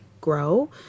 grow